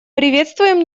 приветствуем